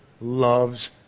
loves